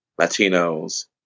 Latinos